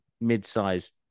mid-sized